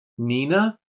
Nina